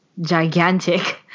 gigantic